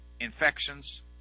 infections